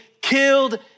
killed